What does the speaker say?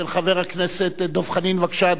אמונים של חבר הכנסת יורם מרציאנו